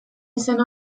izen